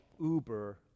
Uber